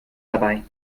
dabei